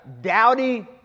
dowdy